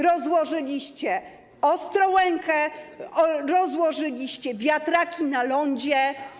Rozłożyliście Ostrołękę, rozłożyliście wiatraki na lądzie.